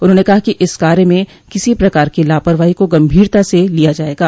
उन्होंने कहा कि इस कार्य में किसी प्रकार की लापरवाही को गम्भीरता से लिया जायेगा